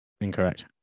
Incorrect